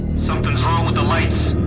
something's wrong with the lights.